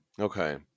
Okay